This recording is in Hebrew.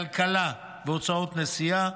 כלכלה והוצאות נסיעה,